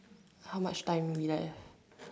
how much time we left